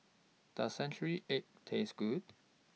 Does Century Egg Taste Good